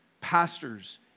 pastors